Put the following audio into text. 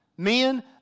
Men